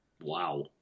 Wow